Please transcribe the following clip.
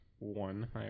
One